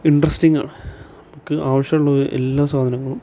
ഇൻട്രസ്റ്റിങ്ങാണ് നമുക്ക് ആവശ്യമുള്ള എല്ലാ സാധനങ്ങളും